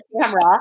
camera